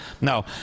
No